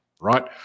right